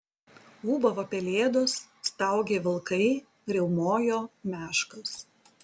ūbavo pelėdos staugė vilkai riaumojo meškos